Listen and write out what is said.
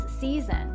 season